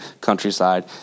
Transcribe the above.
countryside